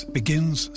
begins